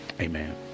Amen